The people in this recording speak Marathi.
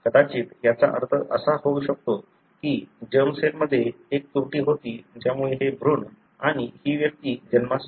कदाचित याचा अर्थ असा होऊ शकतो की जर्म सेलमध्ये एक त्रुटी होती ज्यामुळे हे भ्रूण आणि हि व्यक्ती जन्मास आली